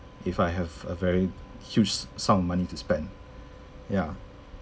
if I have a very huge sum of money to spend ya